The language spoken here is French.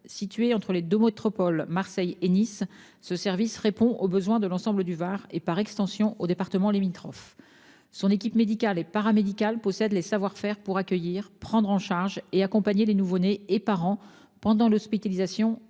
Situé entre les deux métropoles de Marseille et de Nice, il répond aux besoins de l'ensemble du département du Var et, par extension, des départements limitrophes. Son équipe médicale et paramédicale possède les savoir-faire pour accueillir, prendre en charge et accompagner les nouveau-nés et leurs parents pendant l'hospitalisation